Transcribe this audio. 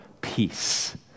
peace